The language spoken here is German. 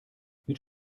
mit